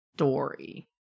story